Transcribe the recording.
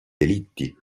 delitti